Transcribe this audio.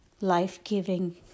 life-giving